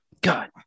God